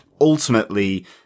ultimately